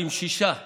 למשיסה בישראל,